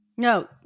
No